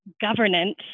governance